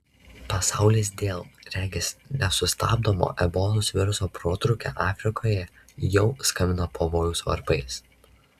pasaulis dėl regis nesustabdomo ebolos viruso protrūkio afrikoje jau skambina pavojaus varpais